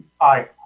Aye